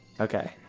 Okay